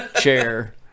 chair